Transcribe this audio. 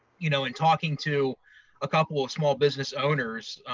you know in talking to a couple of small business owners,